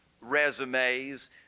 resumes